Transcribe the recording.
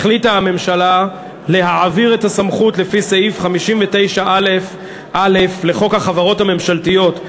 החליטה הממשלה להעביר את הסמכות לפי סעיף 59א(א) לחוק החברות הממשלתיות,